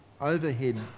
overhead